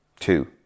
Two